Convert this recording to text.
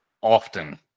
often